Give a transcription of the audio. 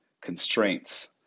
constraints